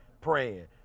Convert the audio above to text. praying